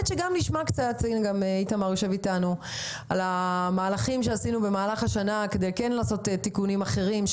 נשמע גם על המהלכים שעשינו במהלך השנה כדי לעשות תיקונים אחרים,